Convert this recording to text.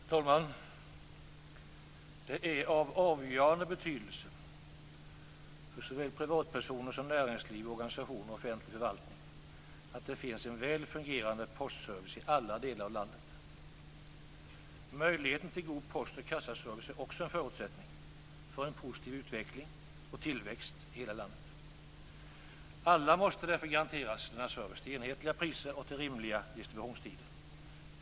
Herr talman! Det är av avgörande betydelse såväl för privatpersoner, näringsliv och organisationer som för offentlig förvaltning att det finns en väl fungerande postservice i alla delar av landet. Möjligheten till god post och kassaservice är också en förutsättning för en positiv utveckling och tillväxt i hela landet. Alla måste därför garanteras denna service till enhetliga priser och med rimliga distributionstider.